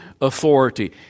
authority